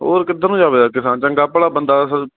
ਹੋਰ ਕਿੱਧਰ ਨੂੰ ਜਾਵੇ ਯਾਰ ਕਿਸਾਨ ਚੰਗਾ ਭਲਾ ਬੰਦਾ ਸ